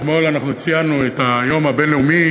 אתמול אנחנו ציינו את היום הבין-לאומי